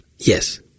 Yes